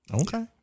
Okay